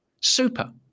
Super